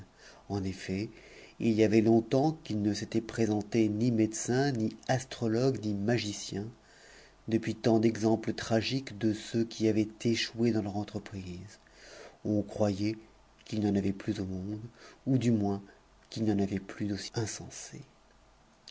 ei et il y avait longtemps qu'il ne s'était présenté ni médecin ni s o ogue ni magicien depuis tant d'exemples tragiques de ceux qui y cn échoué dans leur entreprise on croyait qu'il n'y en avait plus au uude ou du moins qu'il n'y en avait plus d'aussi insensés